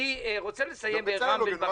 אני רוצה לסיים ברם בן ברק.